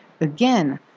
Again